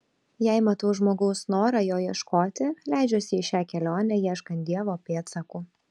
jei matau žmogaus norą jo ieškoti leidžiuosi į šią kelionę ieškant dievo pėdsakų